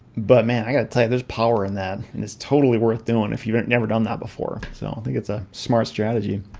but man, i gotta tell you there's power in that and it's totally worth doing if you've never done that before. i so and think it's a smart strategy.